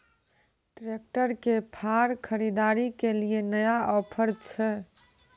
Tractor के फार खरीदारी के लिए नया ऑफर छ?